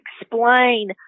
explain